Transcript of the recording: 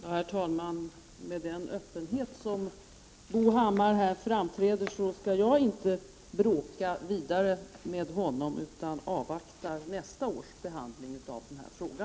Herr talman! Med tanke på Bo Hammars öppenhet här skall jag inte bråka vidare med honom, utan jag avvaktar nästa års behandling av denna fråga.